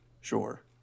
sure